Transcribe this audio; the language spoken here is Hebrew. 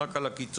רק על עקיצות.